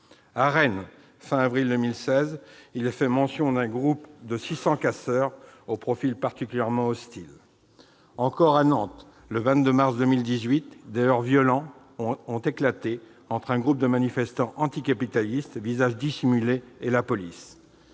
du mois d'avril 2016, il est fait mention d'un groupe de 600 casseurs au profil particulièrement hostile. Encore à Nantes, le 22 mars 2018, des heurts violents ont éclaté entre un groupe de manifestants anticapitalistes, visage dissimulé, et la police.